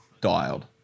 dialed